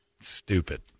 stupid